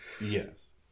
Yes